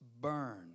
burn